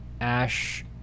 Ash